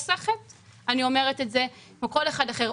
כחוסכת אני אומרת את זה, כמו כל אחד אחר.